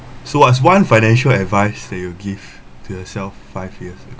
so what's one financial advice that you'll give to yourself five years ago